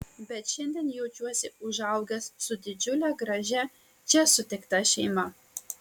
bet šiandien jaučiuosi užaugęs su didžiule gražia čia sutikta šeima